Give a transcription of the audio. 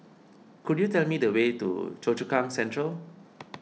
could you tell me the way to Choa Chu Kang Central